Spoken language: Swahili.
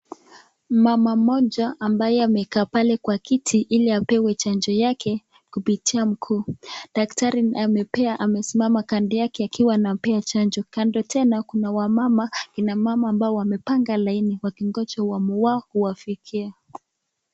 Mama mmoja ambaye amekaa pale kwa kiti ili apewe chanjo yake kupitia mguu. Daktari amepea, amesimama kando yake akiwa anampea chanjo. Kando tena kuna wamama kina mama ambao wamepanga laini wakingoja wamu wao uwafikie.